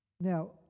Now